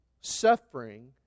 Suffering